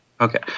Okay